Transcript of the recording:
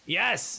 yes